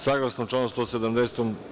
Saglasno članu 170.